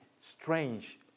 strange